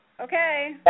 Okay